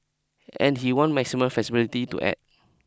and he wants maximum flexibility to act